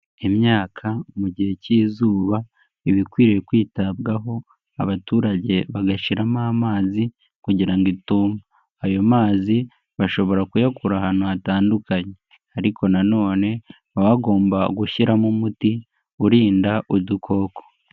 Imyaka mu gihe k'izuba iba ikwiriye kwitabwaho, abaturage bagashiramo amazi kugira ngo ituma. Ayo mazi bashobora kuyakura ahantu hatandukanye ariko na none baba bagomba gushyiramo umuti urinda udukoko.